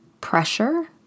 pressure